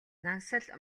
нансал